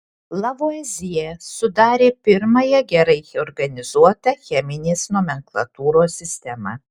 lavuazjė sudarė pirmąją gerai organizuotą cheminės nomenklatūros sistemą